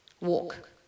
walk